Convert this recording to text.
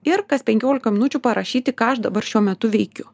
ir kas penkiolika minučių parašyti ką aš dabar šiuo metu veikiu